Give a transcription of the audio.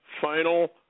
final